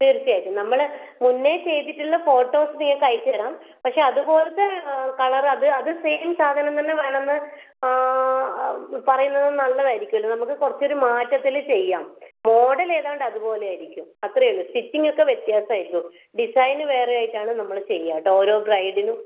തീർച്ച ആയിട്ടും നമ്മൾ മുന്നേ ചെയ്തിട്ട് ഉള്ള ഫോട്ടോസ് നിങ്ങൾക്ക് അയച്ചുതരാം പക്ഷെ അതുപോലത്തെ കളറ് അത് അത് സെയിം സാധനം തന്നെ വേണം എന്ന് പറയുന്നത് നല്ലത് ആയിരിക്കുമല്ലോ നമ്മൾക്ക് കുറച്ച് ഒരു മാറ്റത്തിൽ ചെയ്യാം മോഡൽ ഏതാണ്ട് അതുപോലെ ആയിരിക്കും അത്രയേ ഉള്ളൂ സ്റ്റിച്ചിംഗ് ഒക്കെ വ്യത്യാസം ആയിരിക്കും ഡിസൈന് വേറെ ആയിട്ടാണ് നമ്മൾ ചെയ്യുക കേട്ടോ ഓരോ ബ്രൈഡിനും